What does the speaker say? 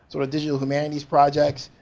sort of digital humanities projects.